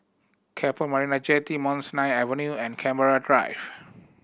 Keppel Marina Jetty Mount Sinai Avenue and Canberra Drive